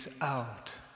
out